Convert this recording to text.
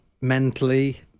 Mentally